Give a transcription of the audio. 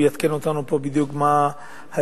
והוא יעדכן אותנו פה בדיוק מה ההישגים,